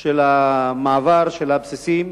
של מעבר הבסיסים